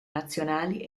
nazionali